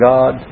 God